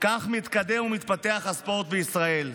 כך מתקדם ומתפתח הספורט בישראל,